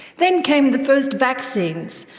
then came the first vaccines,